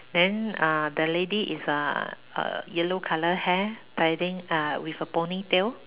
then uh the lady is uh uh yellow color hair tying uh with a ponytail